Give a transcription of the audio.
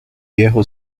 viejo